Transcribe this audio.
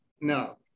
no